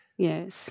Yes